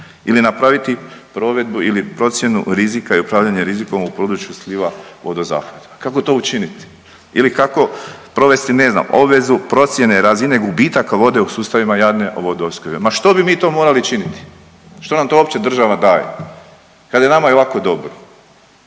ili napraviti provedbu ili procjenu rizika i upravljanje rizikom u području sliva vodozahvata, kako to učiniti ili kako provesti ne znam obvezu procjene razine gubitaka vode u sustavima javne vodoopskrbe? Ma što bi mi to morali činiti, što nam to uopće država daje kad je nama i ovako dobro,